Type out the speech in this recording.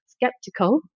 skeptical